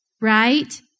right